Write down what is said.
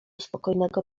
spokojnego